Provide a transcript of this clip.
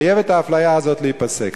חייבת האפליה הזאת להיפסק.